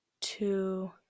two